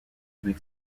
been